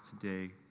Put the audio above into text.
today